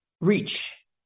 reach